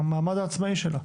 המעמד העצמאי שלה.